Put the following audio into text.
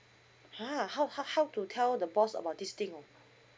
!huh! h~ how how to tell the boss about this thing oh